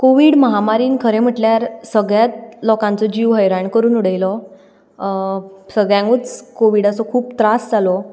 Covid महामारेन खरें म्हणल्यार सगळ्याच लोकांचो जीव करून उडयलो सगळ्यांकूच कोवीडाचो खूब त्रास जालो